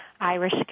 Irish